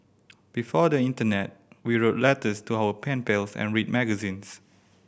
before the internet we wrote letters to our pen pals and read magazines